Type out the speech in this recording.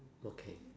okay